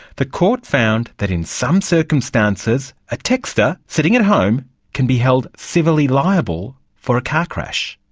the court found that in some circumstances a texter sitting at home can be held civilly liable for a car crash.